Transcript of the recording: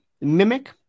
mimic